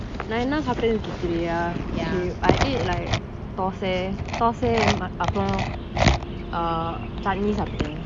நான் என்ன சப்தான் கேக்குறிய:naan enna saptan keakuriya I eat like thosai thosai அதுக்கு அப்புறம்:athuku apram err changi something